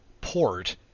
port